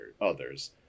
others